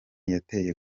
yateye